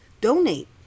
Donate